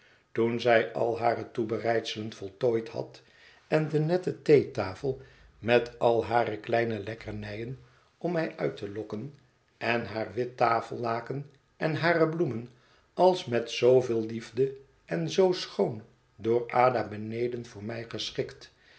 toen zij al hare toebereidselen voltooid had en de nette theetafel met al hare kleine lekkernijen om mij uit te lokken en haar wit tafellaken en hare bloemen als met zooveel liefde en zoo schoon door ada beneden voor mij geschikt